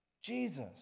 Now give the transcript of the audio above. jesus